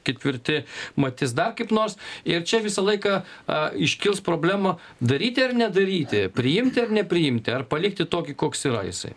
ketvirti matys dar kaip nors ir čia visą laiką a iškils problema daryti ar nedaryti priimti ar nepriimti ar palikti tokį koks yra jisai